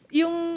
yung